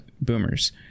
boomers